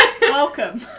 Welcome